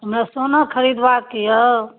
हमर सोना खरीदबाक यए